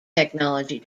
technology